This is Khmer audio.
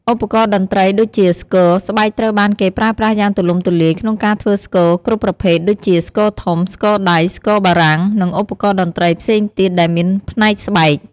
ឧបករណ៍តន្រ្តី ដូចជា ស្គរ ស្បែកត្រូវបានគេប្រើប្រាស់យ៉ាងទូលំទូលាយក្នុងការធ្វើស្គរគ្រប់ប្រភេទ ដូចជា ស្គរធំ ស្គរដៃ ស្គរបារាំង និងឧបករណ៍តន្ត្រីផ្សេងទៀតដែលមានផ្នែកស្បែក។